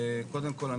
קודם כל,